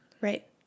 right